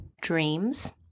dreams